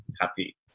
happy